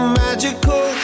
magical